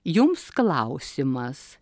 jums klausimas